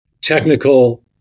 technical